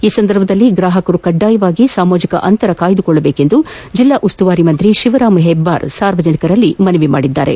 ಈ ಸಂದರ್ಭದಲ್ಲಿ ಗ್ರಾಪಕರು ಕಡ್ಡಾಯವಾಗಿ ಸಾಮಾಜಿಕ ಅಂತರ ಕಾಪಾಡಿಕೊಳ್ಳಜೇಕು ಎಂದು ಜಿಲ್ಲಾ ಉಸ್ತುವಾರಿ ಸಚಿವ ಶಿವರಾಮ ಹೆಬ್ಲಾರ್ ಸಾರ್ವಜನಿಕರಲ್ಲಿ ಮನವಿ ಮಾಡಿದ್ದಾರೆ